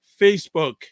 Facebook